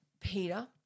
Peter